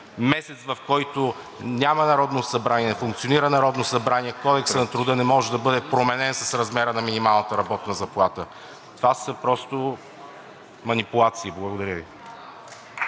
месец, в който няма Народно събрание, не функционира Народното събрание, Кодексът на труда не може да бъде променен с размера на минималната работна заплата. Това са просто манипулации. Благодаря Ви.